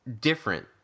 different